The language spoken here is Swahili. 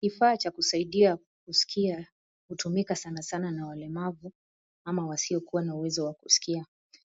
Kifaa cha kusaidia kuskia, hutumika sanasana na walemavu ama wasiokuwa na uwezo wa kuskia,